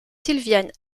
sylviane